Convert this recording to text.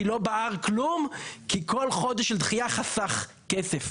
כי לא בער כלום כי כל חודש של דחייה חסך כסף.